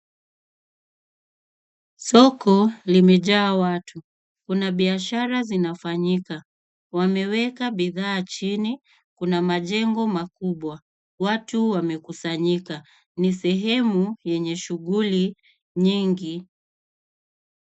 Soko limejaa watu. Kuna biashara zinafanyika. Wameweka bidhaa chini, kuna majengo makubwa. Watu wamekusanyika. Ni sehemu yenye shughuli nyingi.